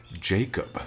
Jacob